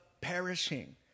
perishing